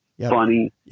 funny